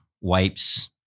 wipes